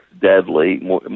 deadly